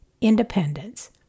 independence